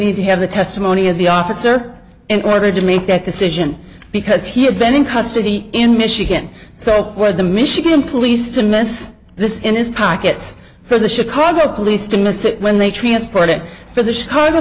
need to have the testimony of the officer in order to make that decision because he had been in custody in michigan so for the michigan police to miss this in his pockets for the chicago police to miss it when they transport it for the chicago